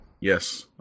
Yes